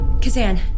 Kazan